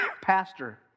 pastor